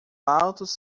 altos